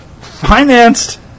financed